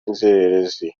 inzererezi